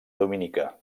dominica